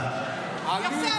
מי עולה לסכם?